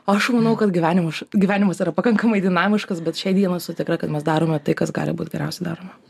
o aš manau kad gyvenimuš gyvenimas yra pakankamai dinamiškas bet šiai dienai esu tikra kad mes darome tai kas gali būt geriausia daroma